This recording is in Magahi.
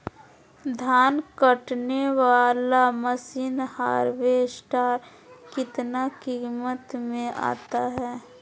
धान कटने बाला मसीन हार्बेस्टार कितना किमत में आता है?